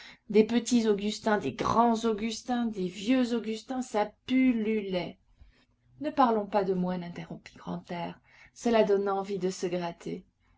des petits augustins des grands augustins des vieux augustins ça pullulait ne parlons pas de moines interrompit grantaire cela donne envie de se gratter